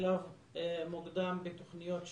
בשלב מוקדם בתוכניות שיקום.